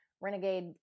Renegade